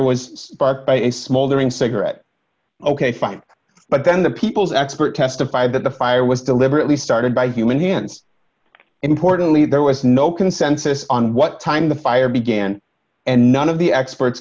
was sparked by a small during cigarette ok fine but then the people's expert testified that the fire was deliberately started by human hands importantly there was no consensus on what time the fire began and none of the experts